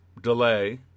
delay